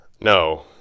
No